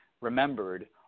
remembered